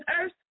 earth